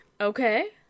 Okay